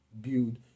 build